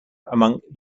among